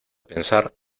pensar